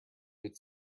its